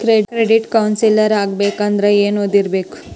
Credit counsellor ಆಗ್ಬೇಕಂದ್ರ ಏನ್ ಓದಿರ್ಬೇಕು?